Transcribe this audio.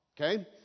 Okay